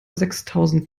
sechstausend